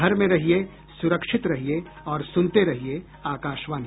घर में रहिये सुरक्षित रहिये और सुनते रहिये आकाशवाणी